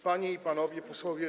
Panie i Panowie Posłowie!